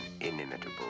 inimitable